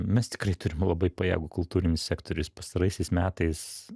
mes tikrai turim labai pajėgų kultūrinį sektorių pastaraisiais metais